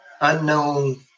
unknown